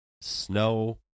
snow